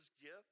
gift